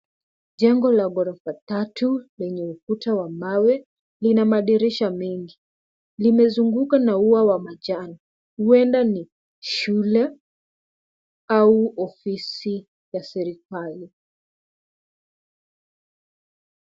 Jengo la ghorofa tatu lenye ukuta wa mawe Lina madirisha mengi. Limezungukwa na ua wa manjano, huenda ni shule au ofisi ya serikali.